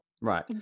right